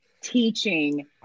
teaching